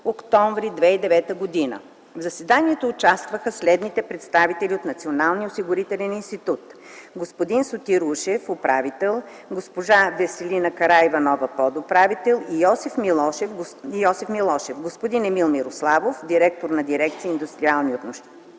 октомври 2009 г. В заседанието участваха следните представители от Националния осигурителен институт: господин Сотир Ушев – управител, госпожа Весела Караиванова – подуправител, и Йосиф Милошев, господин Емил Мирославов – директор на Дирекция „Индустриални отношения”